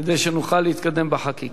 כדי שנוכל להתקדם בחקיקה.